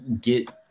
get